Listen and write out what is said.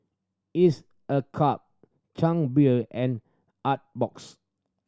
Each a Cup Chang Beer and Artbox